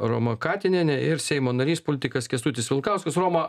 roma katinienė ir seimo narys politikas kęstutis vilkauskas roma